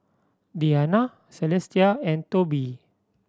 Deana Celestia and Tobi